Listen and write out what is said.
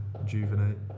rejuvenate